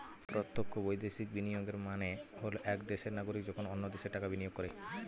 প্রত্যক্ষ বৈদেশিক বিনিয়োগের মানে হল এক দেশের নাগরিক যখন অন্য দেশে টাকা বিনিয়োগ করে